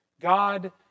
God